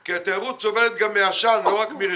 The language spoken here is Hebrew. כי התיירות סובלת גם מעשן ולא רק מרסיסים.